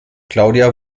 claudia